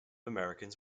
americans